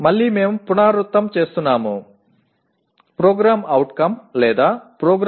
மீண்டும் நாங்கள் சொல்கிறோம்